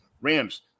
rams